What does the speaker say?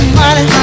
money